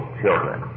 children